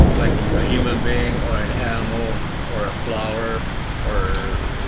like a human being or an animal or a flower or you